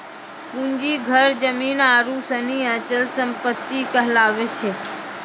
पूंजी घर जमीन आरु सनी अचल सम्पत्ति कहलावै छै